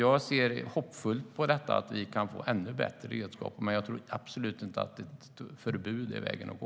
Jag ser hoppfullt på att vi kan få ännu bättre redskap, men jag tror absolut inte att ett förbud är vägen att gå.